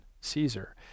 Caesar